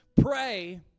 Pray